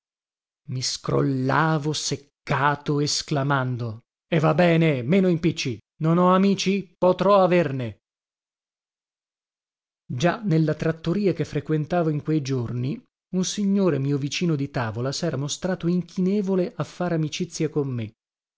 i scrollavo seccato esclamando e va bene meno impicci non ho amici potrò averne già nella trattoria che frequentavo in quei giorni un signore mio vicino di tavola sera mostrato inchinevole a far amicizia con me